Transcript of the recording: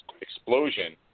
explosion